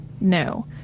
No